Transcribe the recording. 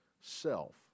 Self